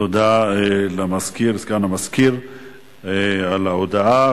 תודה לסגן המזכיר על ההודעה.